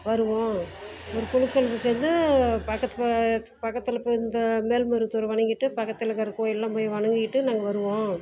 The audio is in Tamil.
வருவோம் ஒரு குழுக்கள் சேர்ந்து பக்கத்து பக்கத்தில் போய் இந்த மேல்மருவத்தூரை வணங்கிட்டு பக்கத்திலருக்குற கோவில்லாம் போய் வணங்கிட்டு நாங்கள் வருவோம்